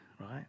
right